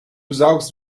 saugst